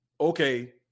okay